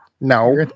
No